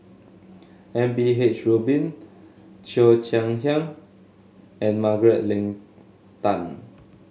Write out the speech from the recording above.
M P H Rubin Cheo Chai Hiang and Margaret Leng Tan